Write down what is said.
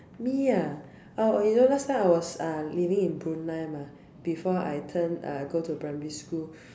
me ah oh you know last time I was uh leaving in Brunei mah before I turn uh go to primary school